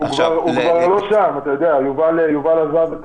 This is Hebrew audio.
יובל עזב.